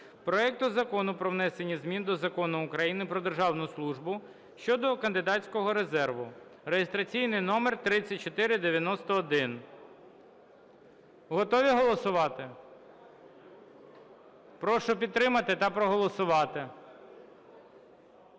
проект Закону про внесення змін до Закону України "Про державну службу" щодо кандидатського резерву (реєстраційний номер 3491). Готові голосувати? Прошу підтримати та проголосувати.